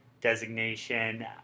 designation